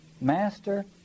Master